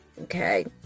okay